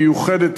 מיוחדת,